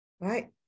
right